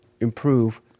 improve